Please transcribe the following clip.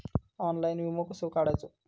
Online विमो कसो काढायचो?